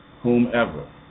whomever